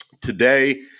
Today